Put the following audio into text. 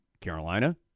Carolina